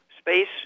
space